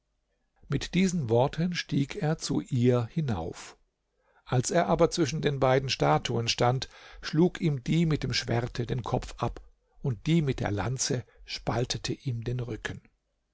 mit diesen worten stieg er zu ihr hinauf als er aber zwischen den beiden statuen stand schlug ihm die mit dem schwerte den kopf ab und die mit der lanze spaltete ihm den rücken